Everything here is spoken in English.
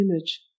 image